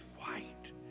white